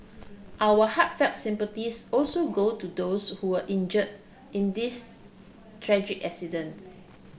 our heartfelt sympathies also go to those who were injured in this tragic accident